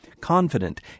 Confident